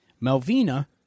Melvina